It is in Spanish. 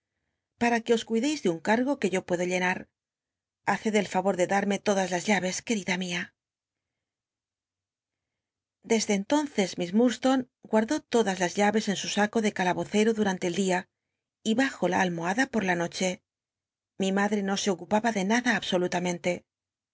para que os cuídeis de un cargo que yo puedo llenar haced el r n or de darme todas las ll wes querida mia desde entonces miss lltu jstone guardó toda s las jlayes en su saco de calabocero durante el dia y bajo la almohada pot la noche mi madre no se ocupaba de nada